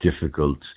difficult